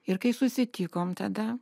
ir kai susitikom tada